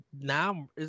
now